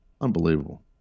Unbelievable